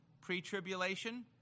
pre-tribulation